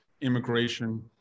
immigration